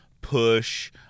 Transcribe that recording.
push